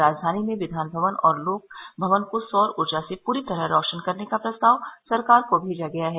राजधानी में विधान भवन और लोकभवन को सौर ऊर्जा से पूरी तरह रौशन करने का प्रस्ताव सरकार को भेजा गया है